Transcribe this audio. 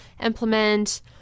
implement